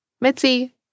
Mitzi